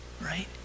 right